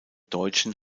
deutschen